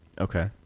Okay